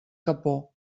capó